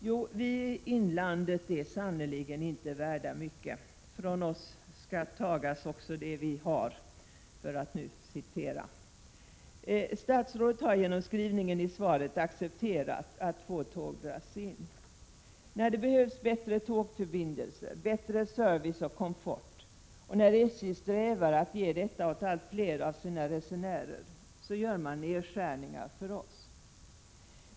Jo, vi i inlandet är sannerligen inte värda mycket — från oss skall tagas också det vi har, för att ta ett citat. Statsrådet har genom skrivningen i svaret accepterat att två tåg dras in. När det behövs bättre tågförbindelser, bättre service och komfort och när SJ strävar efter att ge detta åt allt fler av sina resenärer, görs det nedskärningar för oss.